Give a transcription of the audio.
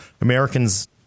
Americans